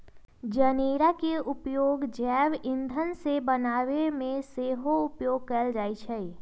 जनेरा के उपयोग जैव ईंधन के बनाबे में सेहो उपयोग कएल जाइ छइ